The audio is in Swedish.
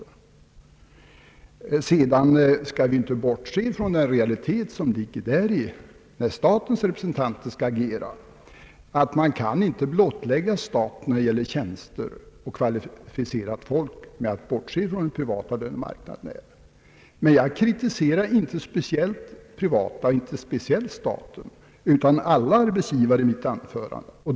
Dessutom får vi inte bortse från den realitet som ligger däri, att när statens representanter skall agera, så kan de inte blottställa staten i fråga om kvalificerat folk genom att bortse från den privata lönemarknaden. Men i mitt anförande kritiserade jag inte speciellt den privata lönemarknaden och inte speciellt den statliga lönemarknaden, utan jag kritiserade alla arbetsgivare.